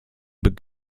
but